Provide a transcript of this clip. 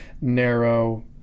narrow